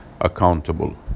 accountable